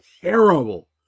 terrible